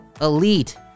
Elite